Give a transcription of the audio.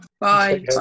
Bye